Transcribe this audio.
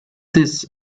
this